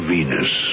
Venus